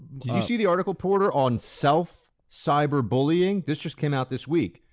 you see the article, porter, on self-cyberbullying? this just came out this week.